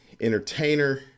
entertainer